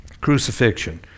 Crucifixion